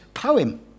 poem